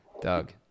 Doug